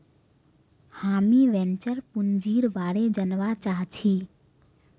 हामीं वेंचर पूंजीर बारे जनवा चाहछी